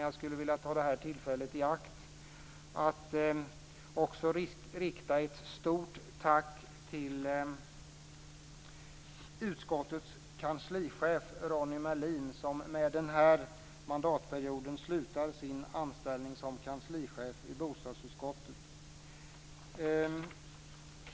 Jag vill också ta tillfället i akta att rikta ett stort tack till utskottets kanslichef Ronnie Melin, som efter den här mandatperioden slutar sin anställning som kanslichef i bostadsutskottet.